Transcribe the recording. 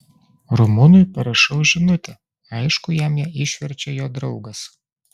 rumunui parašau žinutę aišku jam ją išverčia jo draugas